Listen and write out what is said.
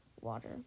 water